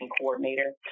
coordinator